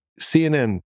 CNN